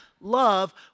love